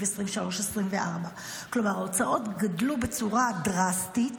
2024-2023. כלומר ההוצאות גדלו בצורה דרסטית,